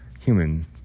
human